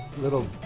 little